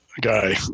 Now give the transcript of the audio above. guy